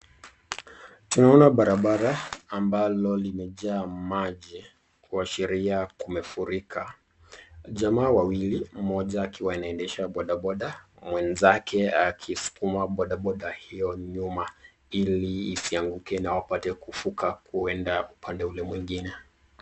Tunaona barabara ambalo limeja maji inaashiria kumefurika . jamaa wawili, mmoja akiwa anendesha bodaboda mwingine akiwa anaskuma nyua ili wasianguke na waweze kufika pande ile ingine